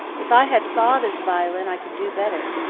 if i had father's violin i could do better.